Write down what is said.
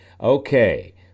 Okay